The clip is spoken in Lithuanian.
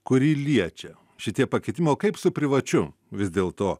kurį liečia šitie pakeitimai kaip su privačiu vis dėl to